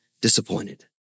disappointed